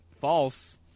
False